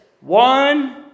one